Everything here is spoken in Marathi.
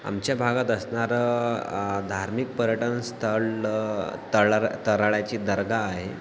आमच्या भागात असणारं धार्मिक पर्यटनस्थळ तळर तराळ्याची दर्गा आहे